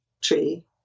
tree